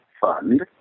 Fund